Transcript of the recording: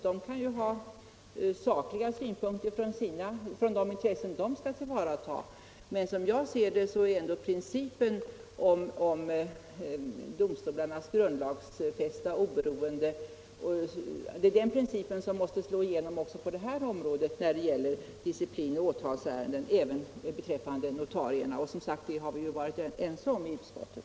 JUS kan ju ha sakliga synpunkter med utgångspunkt i de intressen förbundet skall tillvarata. Men som jag ser det måste ändå principen om domstolarnas grundlagsfästa oberoende slå igenom också på det här området när det gäller disciplinoch åtalsärenden beträffande notarierna. Och det har vi, som sagt, varit ense om i utskottet.